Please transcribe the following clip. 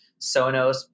Sonos